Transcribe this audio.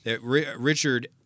Richard